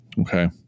okay